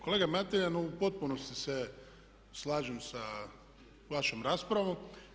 Kolega Mateljan, u potpunosti se slažem sa vašom raspravom.